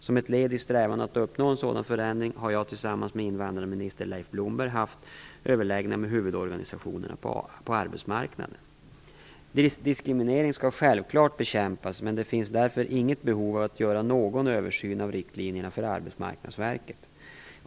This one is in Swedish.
Som ett led i strävan att uppnå en sådan förändring har jag tillsammans med invandrarminister Leif Blomberg haft överläggningar med huvudorganisationerna på arbetsmarknaden. Diskriminering skall självklart bekämpas, men det finns därför inget behov av att göra någon översyn av riktlinjerna för Arbetsmarknadsverket.